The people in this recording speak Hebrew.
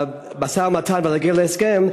המשא-ומתן בנוגע להסכם.